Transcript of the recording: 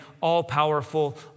all-powerful